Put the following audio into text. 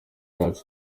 yacu